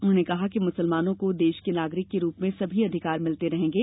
उन्होंने कहा कि मुसलमानों को देश के नागरिक के रूप में सभी अधिकार मिलते रहेंगे